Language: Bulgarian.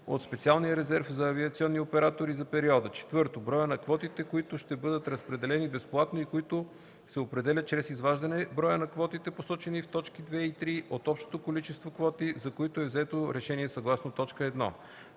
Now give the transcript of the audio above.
от специалния резерв за авиационни оператори за периода; 4. броя на квотите, които ще бъдат разпределени безплатно и които се определят чрез изваждане броя на квотите, посочени в т. 2 и 3, от общото количество квоти, за които е взето решение съгласно т. 1;